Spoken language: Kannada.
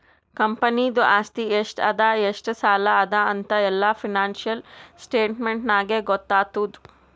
ಕಂಪನಿದು ಆಸ್ತಿ ಎಷ್ಟ ಅದಾ ಎಷ್ಟ ಸಾಲ ಅದಾ ಅಂತ್ ಎಲ್ಲಾ ಫೈನಾನ್ಸಿಯಲ್ ಸ್ಟೇಟ್ಮೆಂಟ್ ನಾಗೇ ಗೊತ್ತಾತುದ್